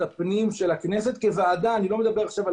הפנים של הכנסת כוועדה - אני לא מדבר עכשיו על